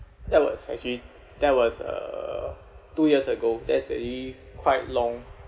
that was actually that was uh two years ago that's already quite long